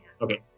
okay